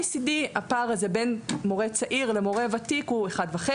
ב-OECD הפער בין מורה צעיר למורה ותיק הוא פי 1.5,